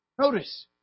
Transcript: Notice